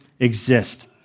exist